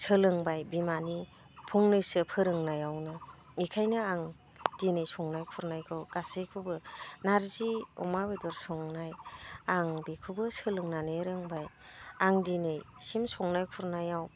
सोलोंबाय बिमानि फंनैसो फोरोंनायावनो इखायनो आं दिनै संनाय खुरनायखौ गासैखौबो नारजि अमा बेदर संनाय आं बेखौबो सोलोंनानै रोंबाय आं दिनैसिम संनाय खुरनायाव